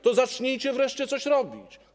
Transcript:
To zacznijcie wreszcie coś robić.